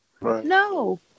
No